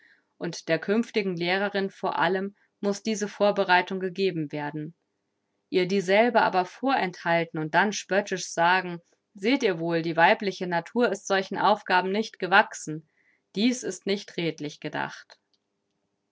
und der künftigen lehrerin vor allem muß diese vorbereitung gegeben werden ihr dieselbe aber vorenthalten und dann spöttisch sagen seht ihr wohl die weibliche natur ist solchen aufgaben nicht gewachsen dies ist nicht redlich gedacht